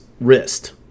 wrist